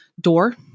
door